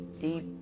deep